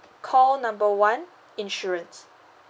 call number one insurance